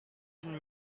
une